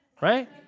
right